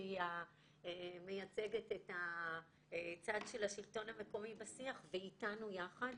שהיא המייצגת את הצד של השלטון המקומי בשיח ואיתנו יחד.